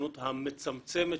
הפרשנות המצמצמת,